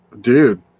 dude